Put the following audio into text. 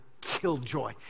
killjoy